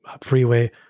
freeway